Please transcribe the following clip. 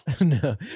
No